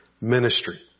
ministry